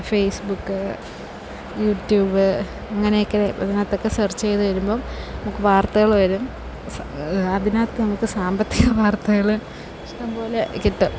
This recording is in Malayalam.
ഫേയ്സ് ബുക്ക് യൂട്യൂബ് അങ്ങനെയൊക്കെ ഇതിനകത്തൊക്കെ സെർച്ച് ചെയ്ത് വരുമ്പം നമുക്ക് വാർത്തകൾ വരും അതിനകത്ത് നമുക്ക് സാമ്പത്തിക വാർത്തകൾ ഇഷ്ടംപോലെ കിട്ടും